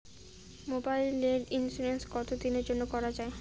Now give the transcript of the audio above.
মোবাইলের ইন্সুরেন্স কতো দিনের জন্যে করা য়ায়?